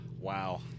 Wow